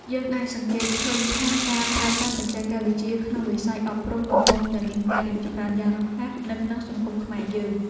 យើងអាចសង្កេតឃើញថាការប្រើប្រាស់បច្ចេកវិទ្យាក្នុងវិស័យអប់រំកំពុងមានការរីកចម្រើនយ៉ាងរហ័សនៅក្នុងសង្គមខ្មែរយើង។